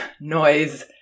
noise